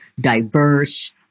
diverse